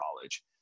college